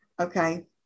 Okay